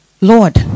Lord